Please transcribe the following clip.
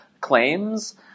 claims